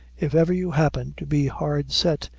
if ever you happen to be hard set,